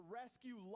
rescue